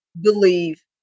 believe